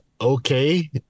okay